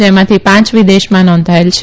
જેમાંથી પાંચ વિદેશમાં નોંધાયેલ છે